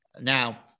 Now